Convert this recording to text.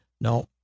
no